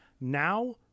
Now